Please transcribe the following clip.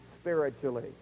spiritually